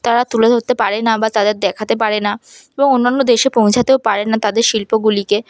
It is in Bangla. তারা তুলে ধরতে পারে না বা তাদের দেখাতে পারে না এবং অন্যান্য দেশে পৌঁছাতেও পারে না তাদের শিল্পগুলিকে